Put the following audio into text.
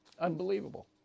Unbelievable